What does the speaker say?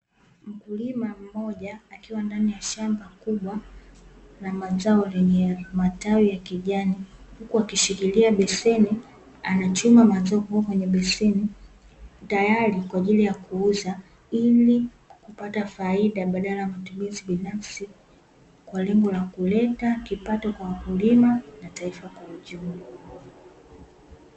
Mkulima mmoja akiwa ndani ya shamba kubwa la mazao lenye ya matawi ya kijani huku akishikilia beseni anachuma mazao kuweka kwenye beseni; tayari kwa ajili ya kuuza, ili kupata faida badala ya matumizi binafsi kwa lengo la kuleta kipato kwa wakulima na taifa kwa ujumla.